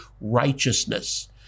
righteousness